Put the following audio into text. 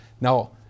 Now